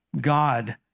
God